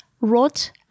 wrote